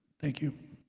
thank you